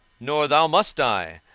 nor thou must die,